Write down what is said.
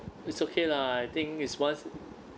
it's okay lah I think it's once